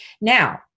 Now